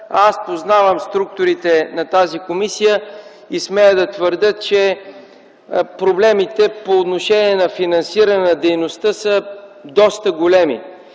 Аз познавам структурите на тази комисия и смея да твърдя, че проблемите по отношение на финансиране на дейността са доста големи.